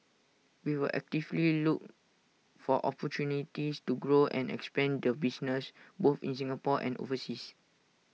we will actively look for opportunities to grow and expand the business both in Singapore and overseas